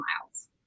miles